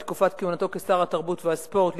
בתקופת כהונתו כשר התרבות והספורט,